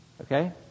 Okay